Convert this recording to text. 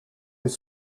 his